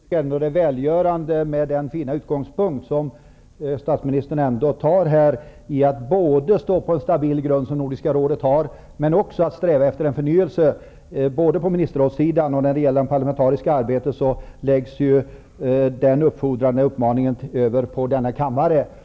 Herr talman! Efter statsministerns mycket ödmjuka inställning till sin egen roll, tycker jag att det är välgörande med den fina utgångspunkt som statsministern ändå intar i detta sammanhang, nämligen att Nordiska rådet skall få behålla den stabila grund som det har men att man även skall sträva efter en förnyelse. Både när det gäller Ministerrådet och när det gäller det parlamentariska arbetet läggs ju den uppfordrande uppmaningen över på denna kammare.